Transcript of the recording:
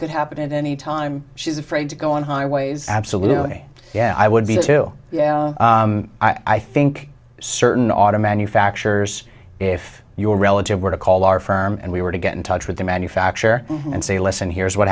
could happen any time she's afraid to go on highways absolutely yeah i would be too yeah i think certain auto manufacturers if your relative were to call our firm and we were to get in touch with the manufacturer and say listen here's what